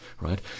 right